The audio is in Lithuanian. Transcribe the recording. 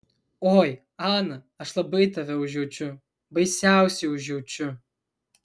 oi ana aš labai tave užjaučiu baisiausiai užjaučiu